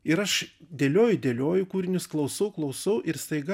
ir aš dėlioju dėlioju kūrinius klausau klausau ir staiga